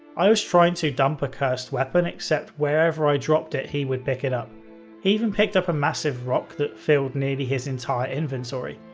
i was trying to dump a cursed weapon except wherever i dropped it, he would pick it up. he even picked up a massive rock that filled nearly his entire inventory.